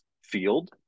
field